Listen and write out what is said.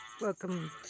Welcome